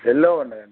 ఎల్లోవి అండి